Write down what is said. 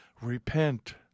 Repent